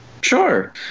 sure